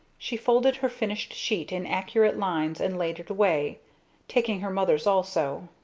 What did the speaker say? she folded her finished sheet in accurate lines and laid it away taking her mother's also.